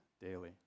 daily